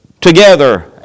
together